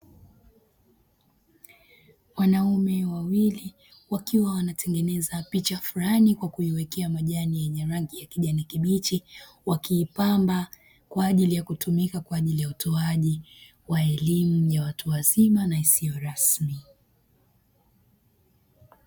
Wanaume wawili wakiwa wanatengeneza picha fulani kwa kuiwekea majani yenye rangi ya kijani kibichi, wakiipamba kwa ajili ya kutumika kwa ajili ya utoaji wa elimu ya watu wazima na isiyo rasmi.